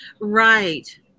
Right